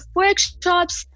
workshops